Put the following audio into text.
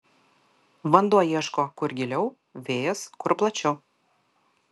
vanduo ieško kur giliau vėjas kur plačiau